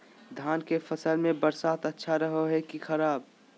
धान के फसल में बरसात अच्छा रहो है कि खराब?